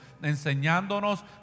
enseñándonos